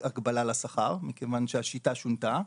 הקבלה לשכר מכיוון שהשיטה שונתה,